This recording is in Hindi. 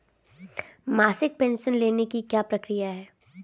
मासिक पेंशन लेने की क्या प्रक्रिया है?